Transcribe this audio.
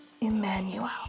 Emmanuel